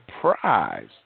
prize